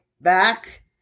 back